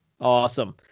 Awesome